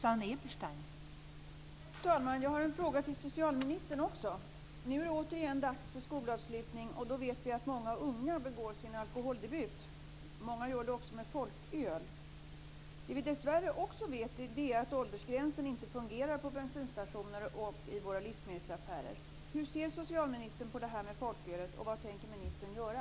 Fru talman! Jag har också en fråga till socialministern. Nu är det återigen dags för skolavslutning, och vi vet att många unga då begår sin alkoholdebut, många gör det också med folköl. Vad vi dessvärre också vet är att åldersgränsen inte fungerar på bensinstationer och i våra livsmedelsaffärer. Hur ser socialministern på detta med folkölet, och vad tänker ministern göra?